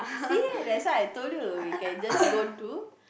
see that's why I told you you can just go to